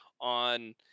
on